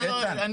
קרן,